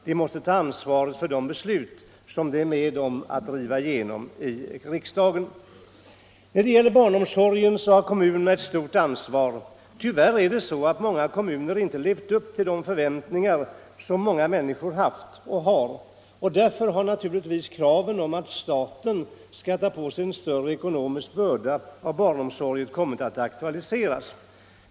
Det måste ta ansvaret för de beslut som det är med om att driva igenom i riksdagen. När det gäller barnomsorgen har kommunerna ett stort ansvar. Tyvärr har åtskilliga kommuner inte levt upp till de förväntningar som många människor haft och har, och därför har naturligtvis kraven på att staten skall ta på sig en större ekonomisk börda i samband med barnomsorgen kommit att aktualiseras.